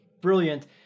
brilliant